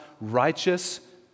righteous